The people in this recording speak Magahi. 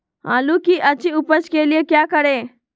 आलू की अच्छी उपज के लिए क्या करें?